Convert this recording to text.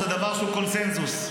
זה עולה אפס שקלים.